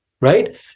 Right